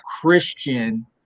Christian